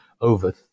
over